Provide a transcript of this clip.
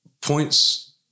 points